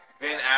Ben